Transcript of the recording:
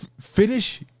Finish